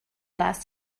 last